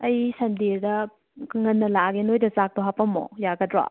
ꯑꯩ ꯁꯟꯗꯦꯗ ꯉꯟꯅ ꯂꯥꯛꯑꯒꯦ ꯅꯣꯏꯗ ꯆꯥꯛꯇꯣ ꯍꯥꯞꯄꯝꯃꯣ ꯌꯥꯒꯗ꯭ꯔꯣ